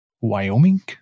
Wyoming